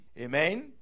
Amen